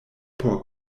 por